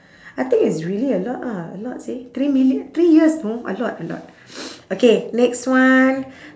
I think it's really a lot ah a lot seh three million three years know a lot a lot okay next one